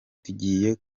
tugiye